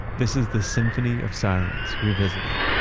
this is the symphony of sirens, revisited